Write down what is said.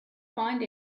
find